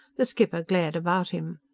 the skipper glared about him.